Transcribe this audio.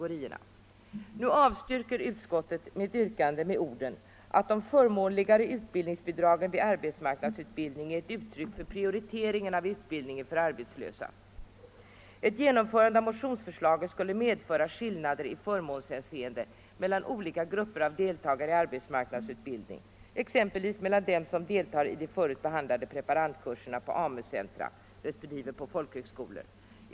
Utskottet avstyrker mitt yrkande med orden: ”De förmånligare utbildningsbidragen vid arbetsmarknadsutbildning är ett uttryck för prioriteringen av utbildningen för arbetslösa m.fl. Ett genomförande av motionsförslaget skulle medföra skillnader i förmånshänseende mellan olika grupper av deltagare i arbetsmarknadsutbildning, exempelvis mellan dem som deltar i de förut behandlade preparandkurserna på AMU-centra resp. på folkhögskolor.